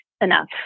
enough